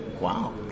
Wow